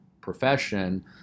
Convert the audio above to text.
profession